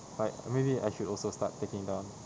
like maybe I should also start taking down